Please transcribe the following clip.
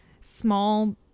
small